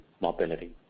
mobility